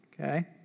Okay